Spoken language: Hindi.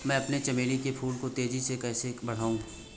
मैं अपने चमेली के फूल को तेजी से कैसे बढाऊं?